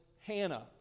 Hannah